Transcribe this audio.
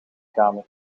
kamer